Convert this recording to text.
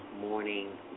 Morning